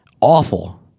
Awful